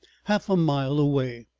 half a mile away.